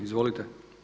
Izvolite.